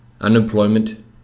Unemployment